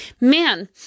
Man